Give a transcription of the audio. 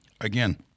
again –